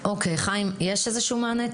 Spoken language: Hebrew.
יש איזשהו מענה?